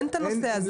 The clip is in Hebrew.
אין את הנושא הזה.